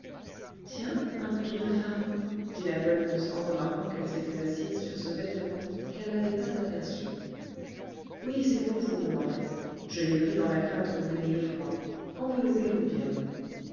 tiens un manteau de femme dit la goualeuse en remarquant qu'elle s'était assise sur ce vêtement qu'elle n'avait pas aperçu oui c'est pour vous mon enfant je l'ai pris dans la crainte que vous n'ayez froid enveloppez vous bien